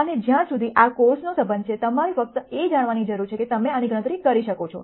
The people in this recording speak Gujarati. અને જ્યાં સુધી આ કોર્સનો સબંધ છે તમારે ફક્ત તે જાણવાની જરૂર છે કે અમે આની ગણતરી કરી શકીએ